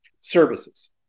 services